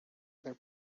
other